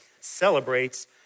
celebrates